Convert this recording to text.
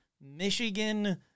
Michigan